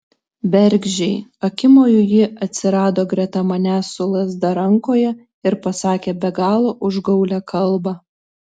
bergždžiai akimoju ji atsirado greta manęs su lazda rankoje ir pasakė be galo užgaulią kalbą